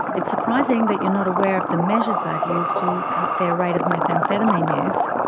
it's surprising that you're not aware of the measures they've used to cut their rate of methamphetamine use.